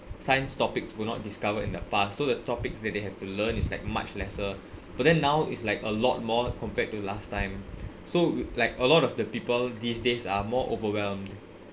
science topics were not discovered in the past so the topics that they have to learn is like much lesser but then now is like a lot more compared to last time so like a lot of the people these days are more overwhelmed